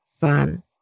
fun